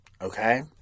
okay